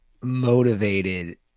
motivated